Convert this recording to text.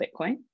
Bitcoin